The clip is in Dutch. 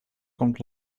komt